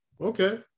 Okay